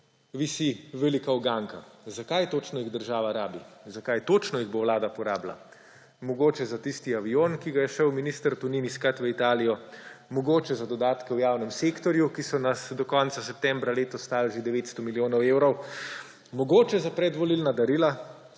visi velika uganka. Za kaj točno jih država rabi? Za kaj točno jih bo Vlada porabila? Mogoče za tisti avion, ki ga je šel minister Tonin iskat v Italijo; mogoče za dodatke v javnem sektorju, ki so nas do konca septembra letos stali že 900 milijonov evrov; mogoče za predvolilna darila.